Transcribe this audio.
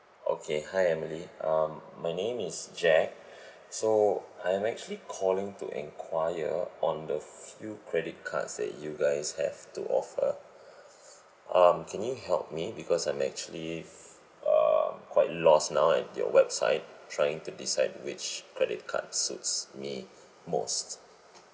okay hi emily um my name is jack so I'm actually calling to enquire on the few credit cards that you guys have to offer um can you help me because I'm actually uh quite lost now at your website trying to decide which credit cards suits me most